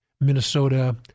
Minnesota